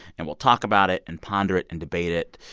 and we'll talk about it and ponder it and debate it.